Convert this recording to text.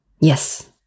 Yes